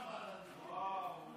וואו,